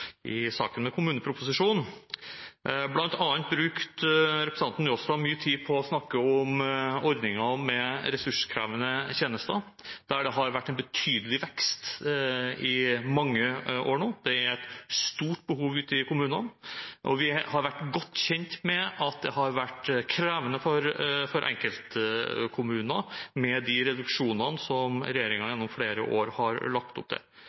å snakke om ordningen med ressurskrevende tjenester, der det har vært en betydelig vekst i mange år nå. Det er et stort behov ute i kommunene, og vi har vært godt kjent med at det har vært krevende for enkeltkommuner med de reduksjonene som regjeringen gjennom flere år har lagt opp til